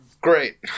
great